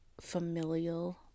familial